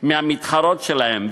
מהמתחרות שלהן,